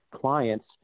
clients